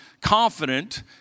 confident